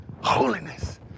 Holiness